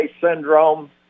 syndrome